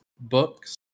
books